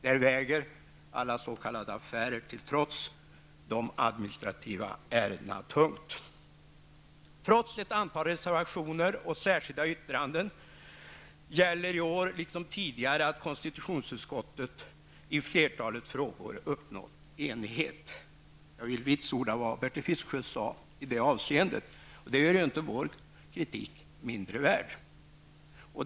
Där väger, alla s.k. affärer till trots, de administrativa ärendena tungt. Trots ett antal reservationer och särskilda yttranden gäller i år liksom tidigare att konstitutionsutskottet i flertalet frågor uppnått enighet. Jag vill vitsorda vad Bertil Fiskesjö sade i det avseendet. Det gör inte vår kritik mindre värd.